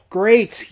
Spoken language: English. great